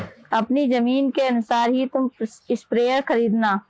अपनी जमीन के अनुसार ही तुम स्प्रेयर खरीदना